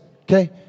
okay